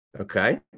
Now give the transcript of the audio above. Okay